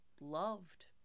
loved